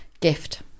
gift